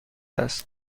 است